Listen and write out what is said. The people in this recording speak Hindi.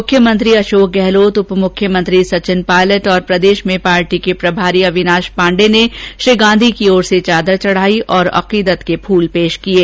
मुख्यमंत्री अशोक गहलोत उप मुख्यमंत्री सचिन पायलट और प्रदेश में पार्टी के प्रभारी अविनाश पाण्डे ने श्री गांधी की ओर से चादर चढाई और अकीदत के फूल पेश किये